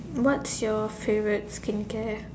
what's your favourite skincare